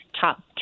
top